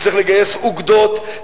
צריך לגייס אוגדות,